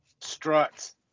Struts